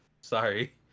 sorry